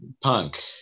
punk